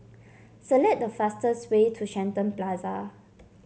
select the fastest way to Shenton Plaza